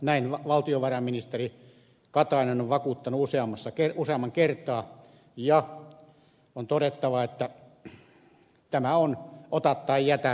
näin valtiovarainministeri katainen on vakuuttanut useaan kertaan ja on todettava että tämä on ota tai jätä sopimus